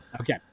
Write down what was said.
Okay